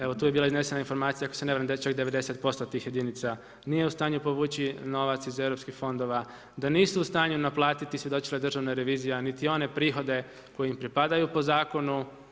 Evo tu je bila iznesena informacija, ako se ne varam da čak 90% tih jedinica nije u stanju povući novac iz EU fondova, da nisu u stanju naplatiti, svjedočila je je državna revizija niti one prihode koji im pripadaju po zakonu.